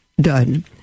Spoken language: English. done